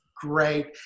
great